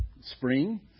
spring